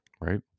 right